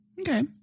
Okay